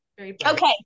Okay